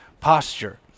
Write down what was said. posture